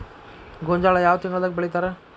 ಗೋಂಜಾಳ ಯಾವ ತಿಂಗಳದಾಗ್ ಬೆಳಿತಾರ?